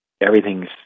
everything's